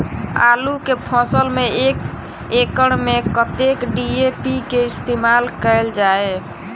आलु केँ फसल मे एक एकड़ मे कतेक डी.ए.पी केँ इस्तेमाल कैल जाए?